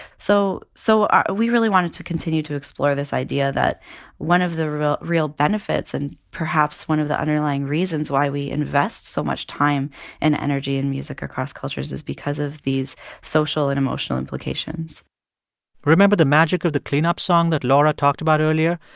so so um we really wanted to continue to explore this idea that one of the real real benefits and perhaps one of the underlying reasons why we invest so much time and energy in music across cultures is because of these social and emotional implications remember the magic of the clean up song that laura talked about earlier?